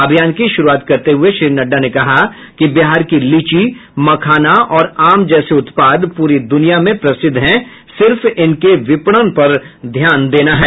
अभियान की शुरूआत करते हुये श्री नड्डा ने कहा कि बिहार की लीची मखना और आम जैसे उत्पाद पूरी दुनिया में प्रसिद्ध हैं सिर्फ इनके विपणन पर ध्यान देना है